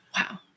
Wow